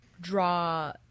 draw